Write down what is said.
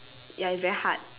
ya it's very hard